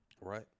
Right